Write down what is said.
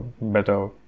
better